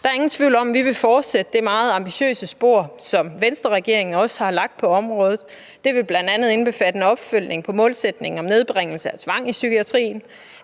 Der er ingen tvivl om, at vi vil fortsætte ad det meget ambitiøse spor, som Venstreregeringen også har lagt på området. Det vil bl.a. indbefatte en opfølgning på målsætningen om en nedbringelse af tvang i psykiatrien,